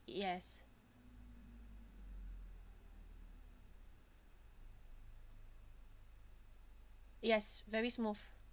yes yes very smooth